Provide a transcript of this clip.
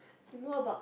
know about